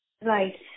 Right